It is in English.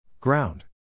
Ground